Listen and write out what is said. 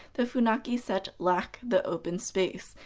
the funaki set lack the open space,